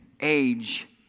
age